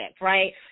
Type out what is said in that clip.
right